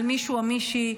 על מישהו או מישהי,